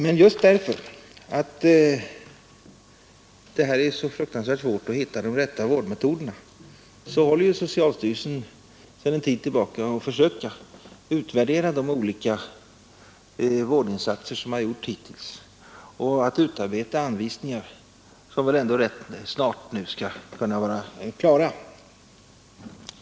Men just därför att det är så fruktansvärt svårt att hitta de rätta vårdmetoderna försöker socialstyrelsen sedan en tid tillbaka utvärdera de olika vårdinsatser som har gjorts hittills och att utarbeta anvisningar som rätt snart skall kunna vara klara.